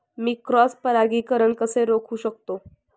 मी cross परागीकरण कसे रोखू शकतो?